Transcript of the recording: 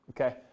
okay